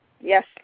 Yes